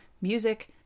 music